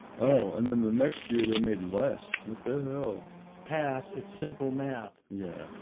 oh and then the next year they made less what the hell pass. it's simple math yeah,